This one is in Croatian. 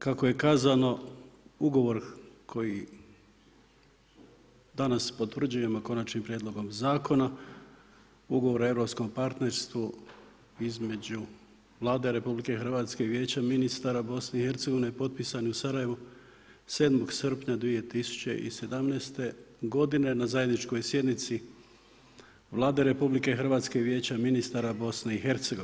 Kako je kazano, ugovor koji danas potvrđujemo konačnim prijedlogom zakona, ugovor o europskom partnerstvu između Vlade RH i Vijeća ministara BIH potpisan u Sarajevu 7. srpnja 2017. g. na zajedničkoj sjednici Vlade RH i vijeća ministara BIH.